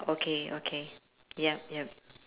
okay okay yup yup